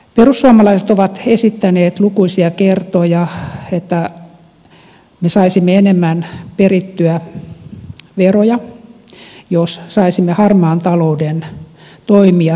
perussuomalaiset ovat esittäneet lukuisia kertoja että me saisimme enemmän perittyä veroja jos saisimme harmaan talouden toimijat kuriin